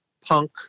punk